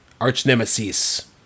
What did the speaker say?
arch-nemesis